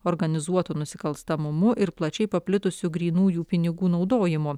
organizuotu nusikalstamumu ir plačiai paplitusiu grynųjų pinigų naudojimu